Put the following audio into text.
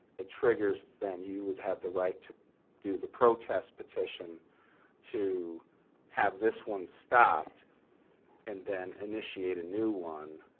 it triggers then you would have the right to do the protest petition to have this one stopped and then initiate a new one.